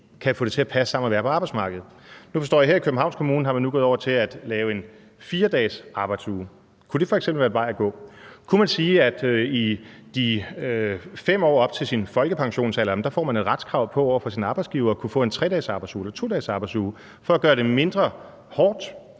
kan få det til at passe sammen med at være på arbejdsmarkedet. Nu forstår jeg, at man her i Københavns Kommune er gået over til at lave en 4-dages arbejdsuge. Kunne det f.eks. være en vej at gå? Kunne man sige, at man i 5 år op til folkepensionsalderen får et retskrav på over for sin arbejdsgiver at kunne få en 3-dages arbejdsuge eller en 2-dages arbejdsuge for at gøre det mindre hårdt,